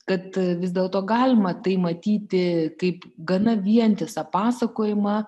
kad vis dėlto galima tai matyti kaip gana vientisą pasakojimą